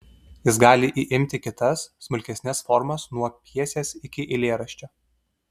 jis gali įimti kitas smulkesnes formas nuo pjesės iki eilėraščio